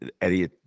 Eddie